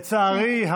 לצערי,